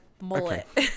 Mullet